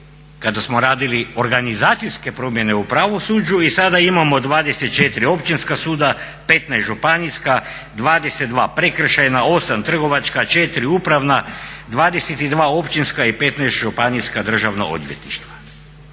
kada smo radili organizacijske promjene u pravosuđu i sada imamo 24 općinska suda, 15 županijska, 22 prekršajna, 8 trgovačka, 4 upravna, 22 općinska i 15 županijska državna odvjetništva.